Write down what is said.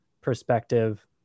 perspective